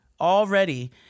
already